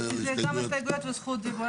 זה גם הסתייגויות לזכות דיבור.